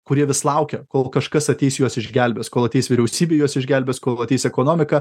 kurie vis laukia kol kažkas ateis juos išgelbės kol ateis vyriausybė juos išgelbės kol ateis ekonomika